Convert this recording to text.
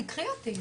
גבי לסקי,